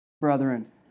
Brethren